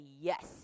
yes